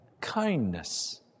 Kindness